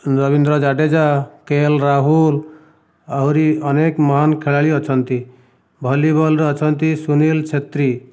Rabindra Jadeja K L Rahul ଆହୁରି ଅନେକ ମହାନ ଖେଳାଳି ଅଛନ୍ତି ଭଲିବଲରେ ଅଛନ୍ତି ସୁନୀଲ ଛେତ୍ରୀ